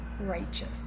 righteous